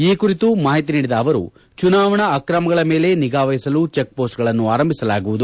ಈ ಕುರಿತು ಮಾಹಿತಿ ನೀಡಿದ ಅವರು ಚುನಾವಣಾ ಅಕ್ರಮಗಳ ಮೇಲೆ ನಿಗಾವಹಿಸಲು ಚಿಕ್ಪೋಸ್ಟ್ಗಳನ್ನು ಆರಂಭಿಸಲಾಗುವುದು